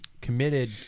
committed